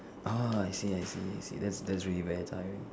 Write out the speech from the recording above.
orh I see I see I see that is that is really very tiring